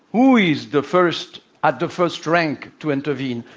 who is the first at the first rank to intervene?